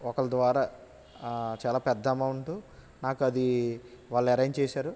ఒకరి ద్వారా చాలా పెద్ద అమౌంట్ నాకది వాళ్ళు అరెంజ్ చేసారు